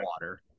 water